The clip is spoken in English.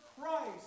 Christ